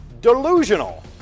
Delusional